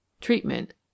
Treatment